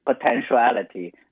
potentiality